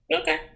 okay